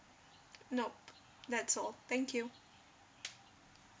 nope that's all thank you